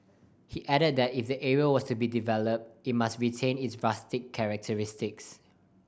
he added that if the area was to be developed it must retain its rustic characteristics